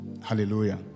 Hallelujah